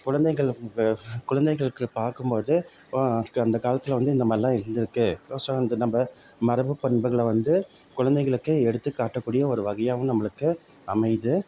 குழந்தைகளுக்கு குழந்தைகளுக்கு பார்க்கும்போது அந்த காலத்தில் வந்து இந்த மாதிரிலாம் இருந்திருக்கு நம்ம மரபு பண்புகளை வந்து குழந்தைகளுக்கு எடுத்துக்காட்டக்கூடிய ஒரு வகையாகவும் நம்மளுக்கு அமையுது